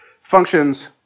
functions